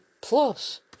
plus